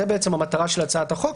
זו בעצם המטרה של הצעת החוק,